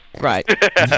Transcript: Right